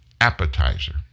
appetizer